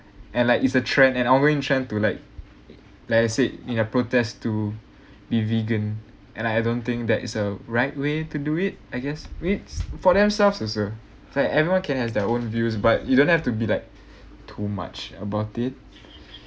and like it's a trend and ongoing trend to like like I said in a protest to be vegan and I don't think that is a right way to do it I guess waits for themselves also is like everyone can has their own views but you don't have to be like too much about it